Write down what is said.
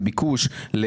לביקוש.